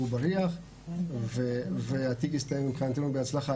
ובריח והתיק מסתיים מבחינתנו בהצלחה.